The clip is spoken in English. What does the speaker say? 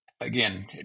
Again